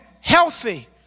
healthy